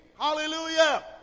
Hallelujah